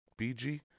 bg